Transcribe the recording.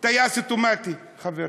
טייס אוטומטי, חברים.